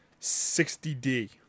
60D